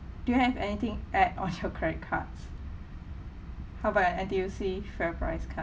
do you have anything add on your credit cards how about your N_T_U_C FairPrice card